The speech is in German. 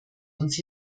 uns